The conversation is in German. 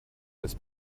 das